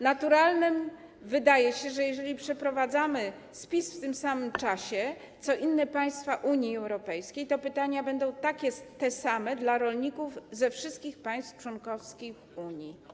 Naturalne wydaje się, że jeżeli przeprowadzamy spis w tym samym czasie co inne państwa Unii Europejskiej, to będą te same pytania do rolników ze wszystkich państw członkowskich Unii.